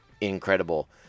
incredible